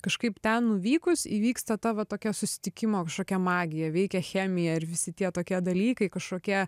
kažkaip ten nuvykus įvyksta ta va tokia susitikimo kažkokia magija veikia chemija ir visi tie tokie dalykai kažkokie